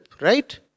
right